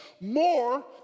more